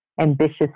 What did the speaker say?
ambitious